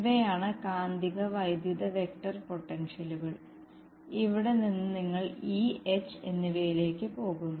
ഇവയാണ് കാന്തിക വൈദ്യുത വെക്റ്റർ പൊട്ടൻഷ്യലുകൾ ഇവിടെ നിന്ന് നിങ്ങൾ E H എന്നിവയിലേക്ക് പോകുന്നു